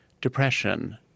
depression